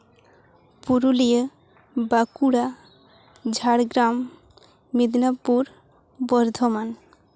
Purulia Bankura Jhargram Midnapur Bardhaman